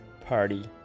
party